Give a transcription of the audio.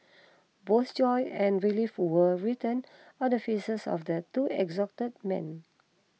both joy and relief were written on the faces of the two exhausted men